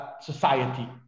society